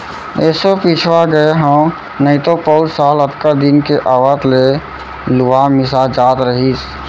एसो पिछवा गए हँव नइतो पउर साल अतका दिन के आवत ले लुवा मिसा जात रहिस